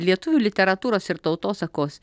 lietuvių literatūros ir tautosakos